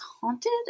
haunted